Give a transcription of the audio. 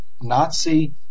Nazi